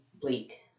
bleak